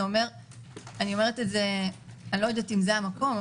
אני לא יודעת אם זה המקום,